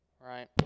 right